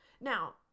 Now